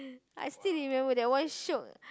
I still remember that one shiok